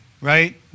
right